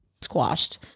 squashed